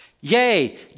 Yay